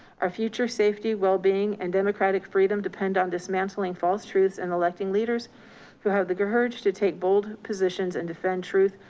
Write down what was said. our future safety, wellbeing and democratic freedom depend on dismantling false truths and electing leaders who have the courage to take bold positions and defend truth,